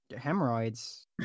Hemorrhoids